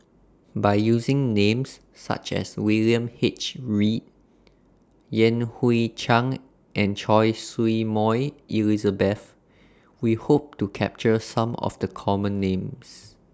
By using Names such as William H Read Yan Hui Chang and Choy Su Moi Elizabeth We Hope to capture Some of The Common Names